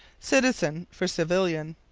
citizen for civilian.